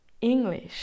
English